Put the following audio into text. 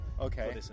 Okay